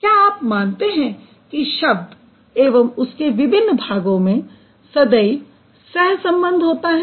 क्या आप मानते हैं कि शब्द एवं उसके विभिन्न भागों में सदैव सह संबंध होता है